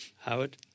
Howard